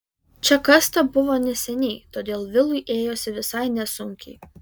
čia kasta buvo neseniai todėl vilui ėjosi visai nesunkiai